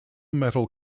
metal